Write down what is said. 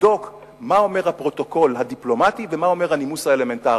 לבדוק מה אומר הפרוטוקול הדיפלומטי ומה אומר הנימוס האלמנטרי.